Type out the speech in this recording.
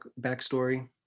backstory